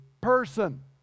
person